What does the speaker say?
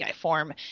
form